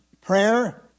Prayer